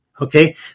Okay